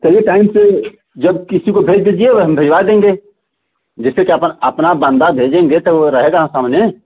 चलिए टाइम से जब किसी को भेज दीजिए हम भिजवा देंगे जिससे कि अपन अपना बंदा भेजेंगे तो वो रहेगा सामने